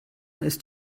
ist